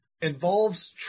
involves